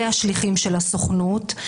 והשליחים של הסוכנות,